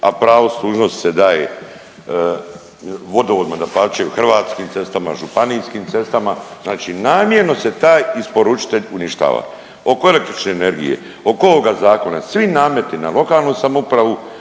a pravo služnosti se daje vodovodima da plaćaj Hrvatskim cestama, Županijskim cestama. Znači namjerno se taj isporučitelj uništava. Oko električne energije, oko ovoga zakona, svi nameti na lokalnu samoupravu